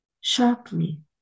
sharply